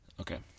Okay